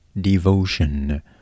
devotion